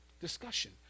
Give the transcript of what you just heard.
discussion